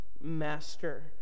master